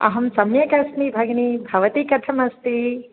अहं सम्यक् अस्मि भगिनी भवती कथम् अस्ति